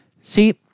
See